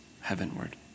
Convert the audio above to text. heavenward